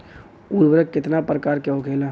उर्वरक कितना प्रकार के होखेला?